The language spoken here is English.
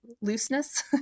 looseness